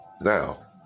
now